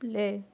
play